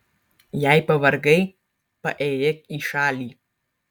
jei pavargai paėjėk į šalį